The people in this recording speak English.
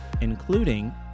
including